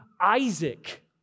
Isaac